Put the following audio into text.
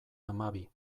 hamabi